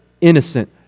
innocent